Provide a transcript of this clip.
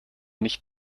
nicht